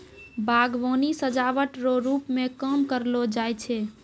बागवानी सजाबट रो रुप मे काम करलो जाय छै